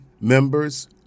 members